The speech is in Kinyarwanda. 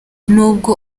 nubwo